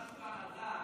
בגלל שוק הנדל"ן,